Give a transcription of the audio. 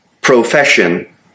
profession